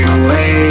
away